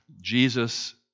Jesus